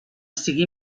sigui